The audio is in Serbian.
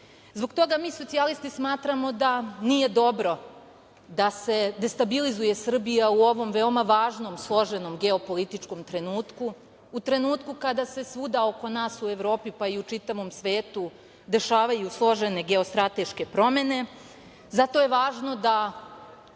toga mi socijalisti smatramo da nije dobro da se destabilizuje Srbije u ovom veoma važnom složenom geopolitičkom trenutku, u trenutku kad se svuda oko nas, u Evropi, pa i u čitavom svetu dešavaju složene geostrateške promene, zato je važno da